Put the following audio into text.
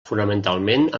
fonamentalment